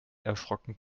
erschrocken